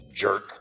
jerk